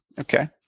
Okay